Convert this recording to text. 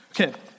Okay